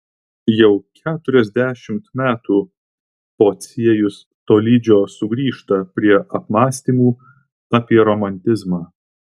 jau keturiasdešimt metų pociejus tolydžio sugrįžta prie apmąstymų apie romantizmą